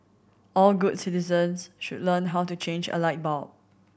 all good citizens should learn how to change a light bulb